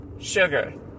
Sugar